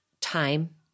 time